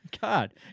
God